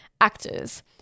actors